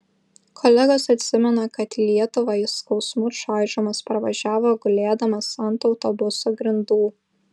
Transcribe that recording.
kolegos atsimena kad į lietuvą jis skausmų čaižomas parvažiavo gulėdamas ant autobuso grindų